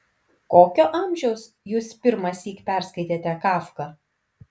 kokio amžiaus jūs pirmąsyk perskaitėte kafką